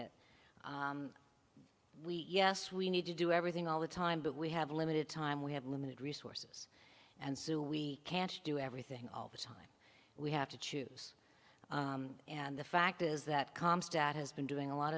it we yes we need to do everything all the time but we have limited time we have limited resources and sue we can't do everything all the time we have to choose and the fact is that comp stat has been doing a lot